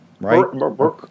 right